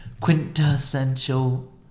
Quintessential